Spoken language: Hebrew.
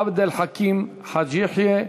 עבד אל חכים חאג' יחיא,